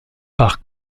par